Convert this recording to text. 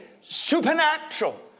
supernatural